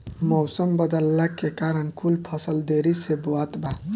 मउसम बदलला के कारण कुल फसल देरी से बोवात बा